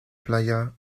playa